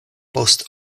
post